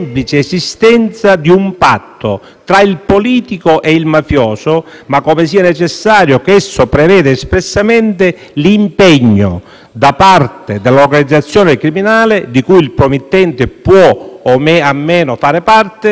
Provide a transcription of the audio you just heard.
tra il politico e il mafioso, ma come sia necessario che esso preveda espressamente l'impegno da parte dell'organizzazione criminale, di cui il promittente può o meno fare parte, ad operare secondo le modalità